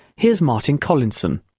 here's martin collinson.